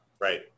Right